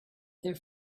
their